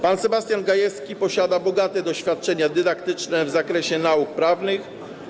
Pan Sebastian Gajewski posiada bogate doświadczenie dydaktyczne w zakresie nauk prawnych.